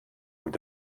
und